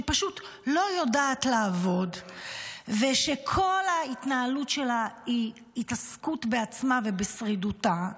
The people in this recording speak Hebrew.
שפשוט לא יודעת לעבוד וכל ההתנהלות שלה היא התעסקות בעצמה ובשרידותה.